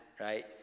right